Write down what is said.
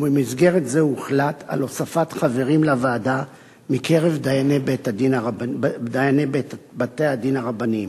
ובמסגרת זו הוחלט על הוספת חברים לוועדה מקרב דייני בתי-הדין הרבניים.